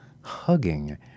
Hugging